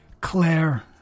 Claire